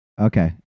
Okay